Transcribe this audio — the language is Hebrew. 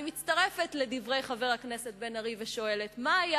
אני מצטרפת לדברי חבר הכנסת בן-ארי ושואלת: מה היה